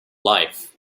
life